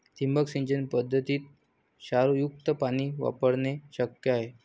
ठिबक सिंचन पद्धतीत क्षारयुक्त पाणी वापरणे शक्य आहे